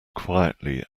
quietly